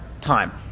time